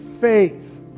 faith